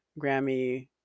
Grammy